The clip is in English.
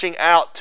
out